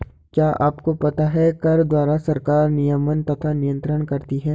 क्या आपको पता है कर द्वारा सरकार नियमन तथा नियन्त्रण करती है?